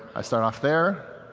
i start off there,